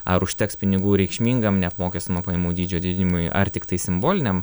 ar užteks pinigų reikšmingam neapmokestinamų pajamų dydžio didinimui ar tiktai simboliniam